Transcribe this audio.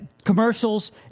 commercials